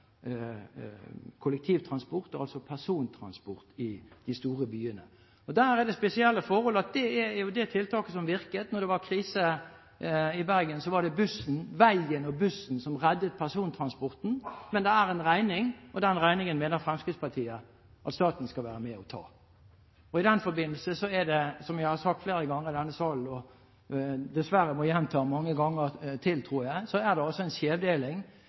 altså persontransport, i de store byene. Det spesielle forholdet er jo at det var det tiltaket som virket da det var krise i Bergen. Det var veien og bussen som reddet persontransporten. Men det er en regning, og den regningen mener Fremskrittspartiet at staten skal være med og ta. I den forbindelse er det, som jeg har sagt flere ganger i denne salen – og dessverre må gjenta mange ganger til, tror jeg